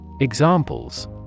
Examples